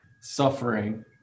suffering